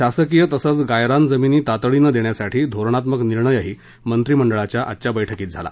शासकीय तसंच गायरान जमिनी तातडीनं देण्यासाठी धोरणात्मक निर्णयही मंत्रिमंडळाच्या आजच्या बैठकीत झाला